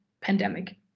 pandemic